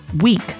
week